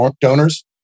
donors